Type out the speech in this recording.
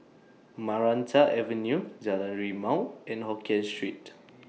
Maranta Avenue Jalan Rimau and Hokien Street